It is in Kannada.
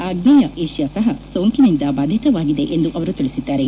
ಆಗ್ನೇಯ ಏಷ್ಠಾ ಸಹ ಸೋಂಕಿನಿಂದ ಬಾಧಿತವಾಗಿದೆ ಎಂದು ಅವರು ತಿಳಿಸಿದ್ದಾರೆ